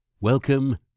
welcome